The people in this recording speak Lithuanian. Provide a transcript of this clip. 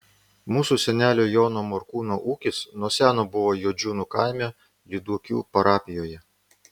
mūsų senelio jono morkūno ūkis nuo seno buvo juodžiūnų kaime lyduokių parapijoje